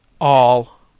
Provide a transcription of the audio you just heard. All